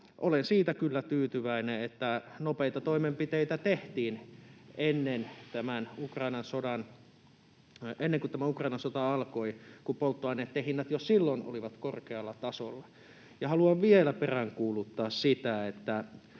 Olen siitä kyllä tyytyväinen, että nopeita toimenpiteitä tehtiin ennen kuin tämä Ukrainan sota alkoi, kun polttoaineitten hinnat jo silloin olivat korkealla tasolla. Haluan vielä peräänkuuluttaa sitä, että